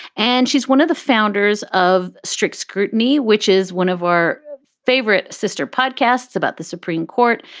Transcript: and she's one of the founders of strict scrutiny, which is one of our favorite sister podcasts about the supreme court.